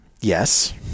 yes